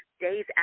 days